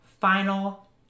final